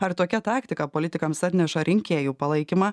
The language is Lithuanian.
ar tokia taktika politikams atneša rinkėjų palaikymą